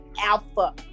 alpha